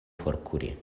forkuri